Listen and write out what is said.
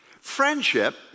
Friendship